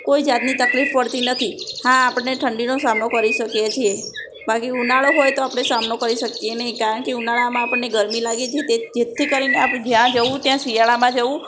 કોઈ જાતની તકલીફ પડતી નથી હા આપણને ઠંડીનો સામનો કરી શકીએ છીએ બાકી ઉનાળો હોય તો આપણે સામનો કરી શકીએ નહીં કારણ કે ઉનાળામાં આપણને ગરમી લાગે છે જેથી કરીને આપણે જ્યાં જવું ત્યાં શિયાળમાં જવું